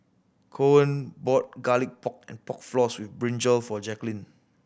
Coen bought Garlic Pork and Pork Floss with brinjal for Jaquelin